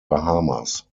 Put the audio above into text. bahamas